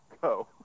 Go